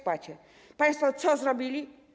Państwo co zrobili?